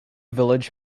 village